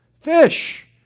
Fish